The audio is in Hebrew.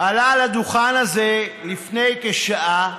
עלה על הדוכן הזה לפני כשעה